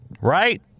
right